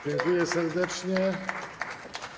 Dziękuję serdecznie.